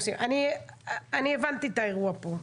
אני הבנתי את האירוע פה.